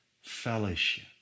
fellowship